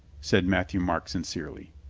said matthieu-marc sin cerely.